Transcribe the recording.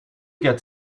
get